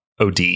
OD